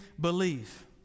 believe